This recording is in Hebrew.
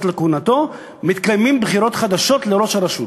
לכהונתו מתקיימות בחירות חדשות לראש הרשות.